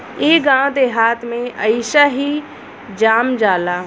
इ गांव देहात में अइसही जाम जाला